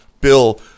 Bill